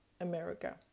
America